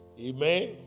Amen